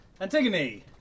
Antigone